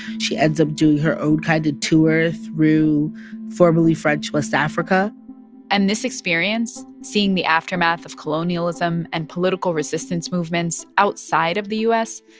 she ends up doing her own kind of tour through formerly french west africa and this experience, seeing the aftermath of colonialism and political resistance movements outside of the u s,